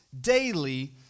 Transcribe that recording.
daily